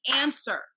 answer